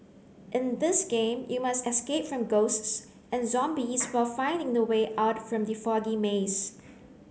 in this game you must escape from ghosts and zombies while finding the way out from the foggy maze